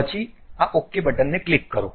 પછી આ OK બટનને ક્લિક કરો